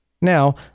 Now